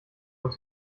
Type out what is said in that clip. uns